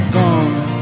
gone